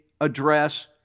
address